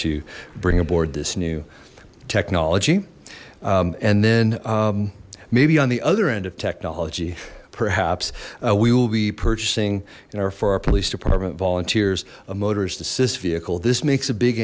to bring aboard this new technology and then maybe on the other end of technology perhaps we will be purchasing in our for our police department volunteers a motorist assist vehicle this makes a big